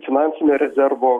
finansinio rezervo